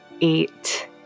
eight